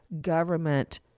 government